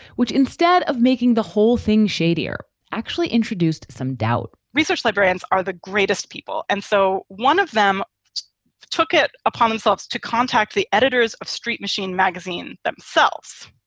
which, instead of making the whole thing shadier, actually introduced some doubt research librarians are the greatest people. and so one of them took it upon themselves to contact the editors of st machine magazine themselves.